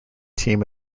team